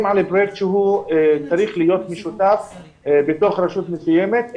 על פרויקט שצריך להיות משותף ברשות מסוימת.